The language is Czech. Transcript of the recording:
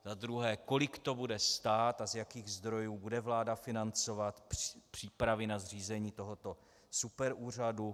Za druhé, kolik to bude stát a z jakých zdrojů bude vláda financovat přípravy na zřízení tohoto superúřadu?